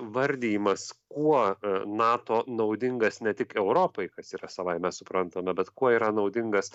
vardijimas kuo nato naudingas ne tik europai kas yra savaime suprantama bet kuo yra naudingas